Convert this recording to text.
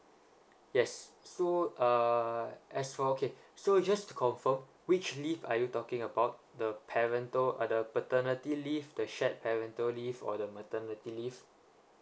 yes so uh as for okay so just to confirm which leave are you talking about the parental uh the paternity leave the shared parental leave or the maternity leave